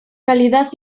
calidad